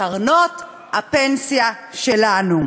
קרנות הפנסיה שלנו.